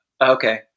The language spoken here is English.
Okay